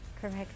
Correct